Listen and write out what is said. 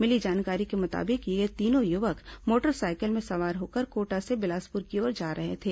मिली जानकारी के मुताबिक ये तीनों युवक मोटरसाइकिल में सवार होकर कोटा से बिलासपुर की ओर जा रहे थे